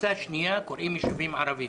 לקבוצה השנייה קוראים יישובים ערביים.